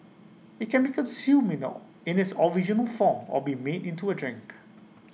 IT can be consumed in A in this original form or be made into A drink